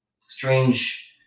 strange